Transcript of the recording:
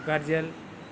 కజ్జికాయలు